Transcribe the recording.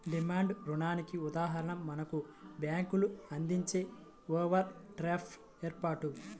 demand రుణానికి ఉదాహరణ మనకు బ్యేంకులు అందించే ఓవర్ డ్రాఫ్ట్ ఏర్పాటు